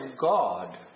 God